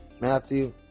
Matthew